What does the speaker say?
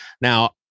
Now